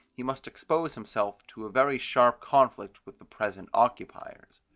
he must expose himself to a very sharp conflict with the present occupiers.